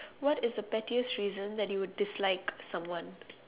what is the pettiest reason that you would dislike someone